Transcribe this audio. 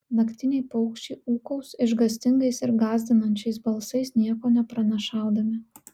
naktiniai paukščiai ūkaus išgąstingais ir gąsdinančiais balsais nieko nepranašaudami